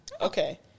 Okay